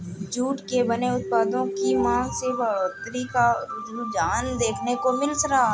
jute से बने उत्पादों की मांग में बढ़ोत्तरी का रुझान देखने को मिल रहा है